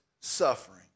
suffering